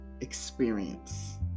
experience